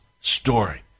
story